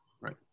right